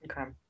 Okay